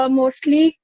mostly